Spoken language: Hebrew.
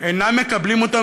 אינם מקבלים אותו,